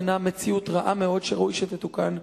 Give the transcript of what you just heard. הינה מציאות רעה מאוד שראוי שתתוקן,